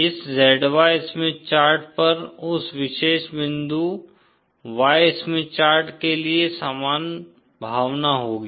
इस Z Y Smith chart पर उस विशेष बिंदु Y स्मिथ चार्ट के लिए समान भावना होगी